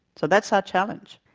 so that's our challenge.